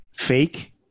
fake